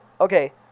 Okay